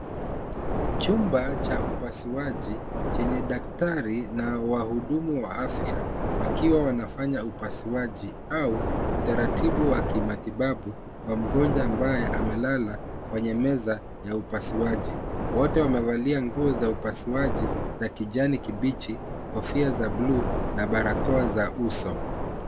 Chumba cha upasuaji chenye daktari na wahudumu wa afya wakiwa wanafanya upasuaji au utaratibu wa kimatibabu kwa mgonjwa ambaye amelala kwenye meza ya upasuaji. Wote wamevalia nguo za upasuaji za kijani kibichi, kofia za bluu na barakoa za uso.